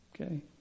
okay